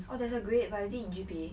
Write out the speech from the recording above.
orh there's a grade but I think in G_P_A